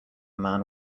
man